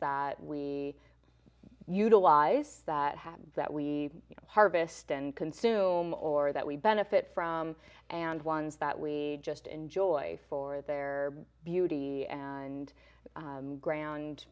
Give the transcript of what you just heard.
that we utilize that hat that we harvest and consume or that we benefit from and ones that we just enjoyed for their beauty and ground